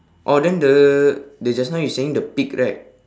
oh then the the just now you saying the pig right